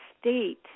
state